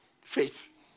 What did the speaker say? faith